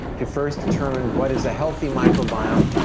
to first determine what is a healthy microbiome,